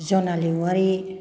जनालि औवारि